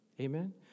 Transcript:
amen